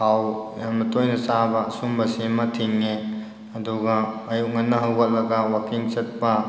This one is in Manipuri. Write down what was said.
ꯊꯥꯎ ꯌꯥꯝꯅ ꯇꯣꯏꯅ ꯆꯥꯕ ꯑꯁꯨꯝꯕꯁꯤꯃ ꯊꯤꯡꯉꯦ ꯑꯗꯨꯒ ꯑꯌꯨꯛ ꯉꯟꯅ ꯍꯧꯒꯠꯂꯒ ꯋꯥꯛꯀꯤꯡ ꯆꯠꯄ